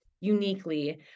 uniquely